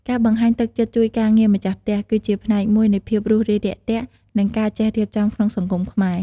ការបង្ហាញទឹកចិត្តជួយការងារម្ចាស់ផ្ទះ គឺជាផ្នែកមួយនៃភាពរួសរាយរាក់ទាក់ និងការចេះរៀបចំក្នុងសង្គមខ្មែរ។